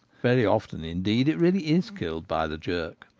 very often, indeed, it really is killed by the jerk.